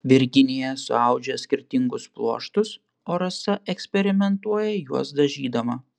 virginija suaudžia skirtingus pluoštus o rasa eksperimentuoja juos dažydama